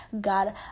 God